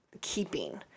keeping